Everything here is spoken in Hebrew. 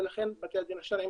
ולכן בתי הדין השרעיים